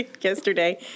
yesterday